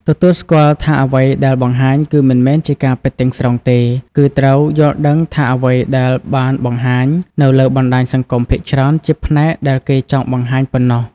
ទទួលស្គាល់ថាអ្វីដែលបង្ហាញគឺមិនមែនជាការពិតទាំងស្រុងទេ គឺត្រូវយល់ដឹងថាអ្វីដែលបានបង្ហាញនៅលើបណ្ដាញសង្គមភាគច្រើនជាផ្នែកដែលគេចង់បង្ហាញប៉ុណ្ណោះ។